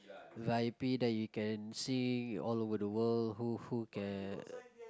v_i_p then you can sing all over the world who who can